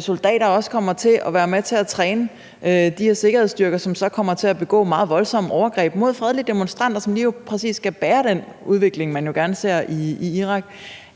soldater også kommer til at være med til at træne de her sikkerhedsstyrker, som så kommer til at begå meget voldsomme overgreb mod fredelige demonstranter, som jo lige præcis skal bære den udvikling, man jo gerne ser i Irak.